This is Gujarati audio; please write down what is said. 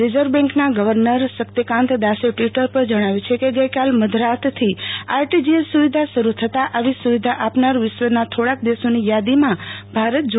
રિઝર્વ બેંકના ગર્વનર શક્તિકાન્તદાસે ટ્વિટર ઉપર જણાવ્યું છે કે ગઈકાલે મધરાતથી આરટીજીએસ સુવિધા શરૂ થતાં આવી સુવિધા આપનાર વિશ્વના થોડાક દેશોની યાદીમાં ભારત જોડાયું છે